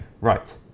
Right